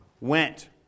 went